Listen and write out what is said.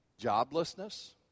Joblessness